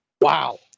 Wow